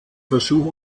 versuch